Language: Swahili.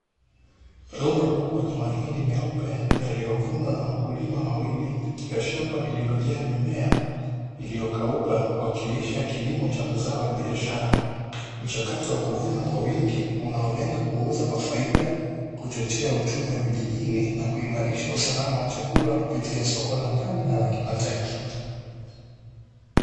Rundo kubwa na mahindi meupe yaliyovunwa na wakulima wawili katika shamba lililojaa mimea iliyokauka wakilisha kilimo cha mazao ya biashara. Mchakato wa kuvuna kwa wingi unaolenga kuuza kwa faida kuchochea uchumi wa vijijini na kuimarisha usalama wa chakula kupitia soko la ndani na la kimataifa.